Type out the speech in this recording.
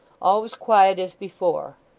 all was quiet as before.